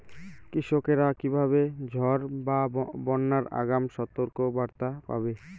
কৃষকেরা কীভাবে ঝড় বা বন্যার আগাম সতর্ক বার্তা পাবে?